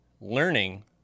learning